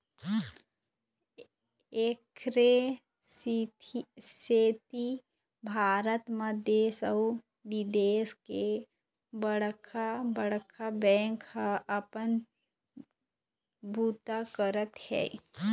एखरे सेती भारत म देश अउ बिदेश के बड़का बड़का बेंक ह अपन बूता करत हे